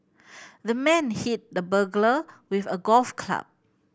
the man hit the burglar with a golf club